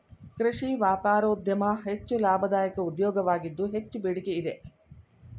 ಕೃಷಿ ವ್ಯಾಪಾರೋದ್ಯಮ ಹೆಚ್ಚು ಲಾಭದಾಯಕ ಉದ್ಯೋಗವಾಗಿದ್ದು ಹೆಚ್ಚು ಬೇಡಿಕೆ ಇದೆ